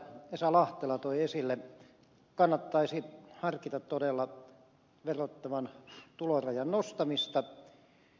esa lahtela toi esille kannattaisi harkita todella verotettavan tulorajan nostamista